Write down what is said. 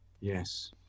Yes